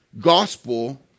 gospel